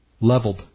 Leveled